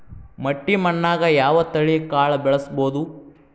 ಮಟ್ಟಿ ಮಣ್ಣಾಗ್, ಯಾವ ತಳಿ ಕಾಳ ಬೆಳ್ಸಬೋದು?